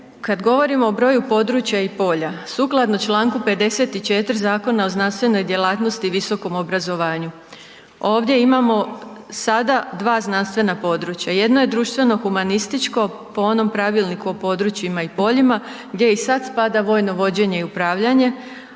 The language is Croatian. kad govorimo o broju područja i polja, sukladno čl. 54 Zakona o znanstvenoj djelatnosti i visokom obrazovanju, ovdje imamo sada 2 znanstvena područja, jedno je društveno-humanističko po onom Pravilniku o područjima i poljima gdje i sad spada vojno vođenje i upravljanje,